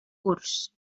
curs